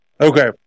Okay